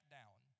down